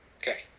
Okay